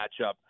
matchup